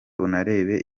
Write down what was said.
unarebe